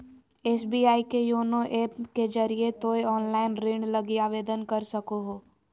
SBI के YONO app के जरिए तोय ऑनलाइन ऋण लगी आवेदन कर सको हो